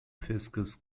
viscous